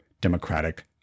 democratic